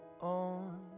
on